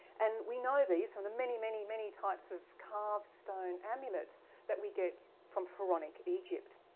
and we know these from the many, many, many types of carved stone amulets that we get from pharonic egypt.